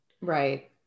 Right